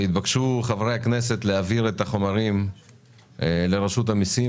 והתבקשו חברי הכנסת להעביר את החומרים לרשות המיסים,